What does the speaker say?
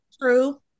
True